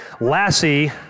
Lassie